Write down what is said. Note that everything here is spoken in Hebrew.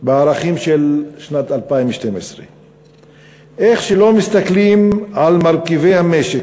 בערכים של שנת 2012. איך שלא מסתכלים על מרכיבי המשק